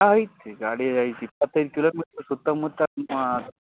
ಹಾಂ ಐತಿ ಗಾಡಿ ಐತಿ ಇಪ್ಪತ್ತೈದು ಕಿಲೋಮೀಟ್ರ್ ಸುತ್ತಮುತ್ತ ನೀವು